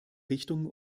richtung